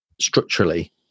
structurally